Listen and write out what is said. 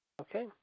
Okay